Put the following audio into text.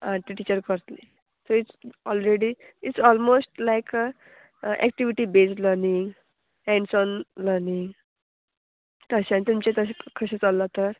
आं ते टिचर करतली so it's already it's almost like a activity based learning hands on learning तशें आनी तुमचें तशें कशें चल्लां तर